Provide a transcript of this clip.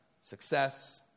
success